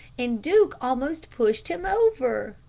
and duke almost pushed him over.